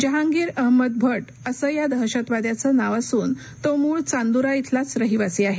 जहांगीर अहमद भट असे या दहशतवाद्याचं नाव असून तो मूळ चांदुरा इथलाच रहिवासी आहे